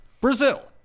Brazil